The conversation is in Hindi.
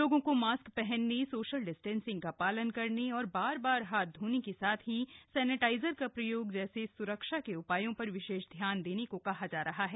लोगों को मास्क पहनने सोशल डिस्टेंसिंग का पालन करने और बार बार हाथ धोने के साथ ही सैनेटाइजर का प्रयोग जैसे सुरक्षा के उपायों पर विशेष ध्यान देने को कहा जा रहा है